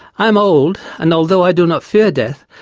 i am old, and although i do not fear death,